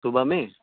صبح میں